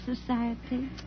Society